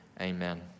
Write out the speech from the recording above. Amen